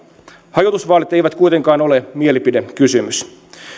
hajotusvaalit eivät kuitenkaan ole mielipidekysymys